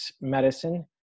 medicine